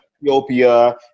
Ethiopia